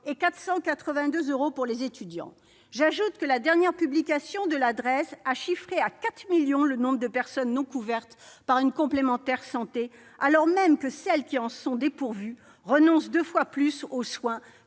et 482 euros pour les étudiants. J'ajoute que la dernière publication de la Drees a chiffré à 4 millions le nombre de personnes non couvertes par une complémentaire santé, alors même que celles qui en sont dépourvues renoncent deux fois plus aux soins